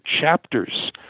chapters